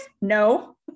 no